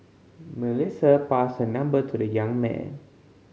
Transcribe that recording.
Melissa passed her number to the young man